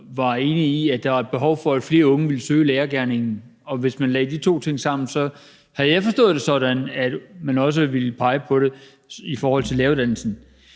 var enig i, at der var behov for, at flere unge ville søge lærergerningen, og hvis man lagde de to ting sammen, har jeg forstået det sådan, at man også ville pege på det i forhold til læreruddannelsen.